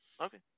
okay